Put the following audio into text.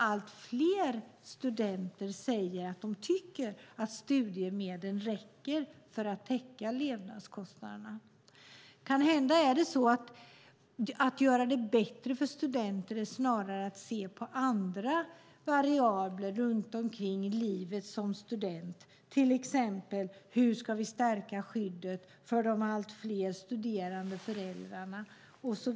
Allt fler studenter säger att de tycker att studiemedlen räcker för att täcka levnadskostnaderna. Om man vill göra det bättre för studenter ska man kanske snarare se på andra variabler när det gäller livet som student, till exempel hur vi ska stärka skyddet för de allt fler studerande föräldrarna.